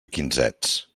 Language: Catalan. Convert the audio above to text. quinzets